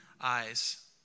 eyes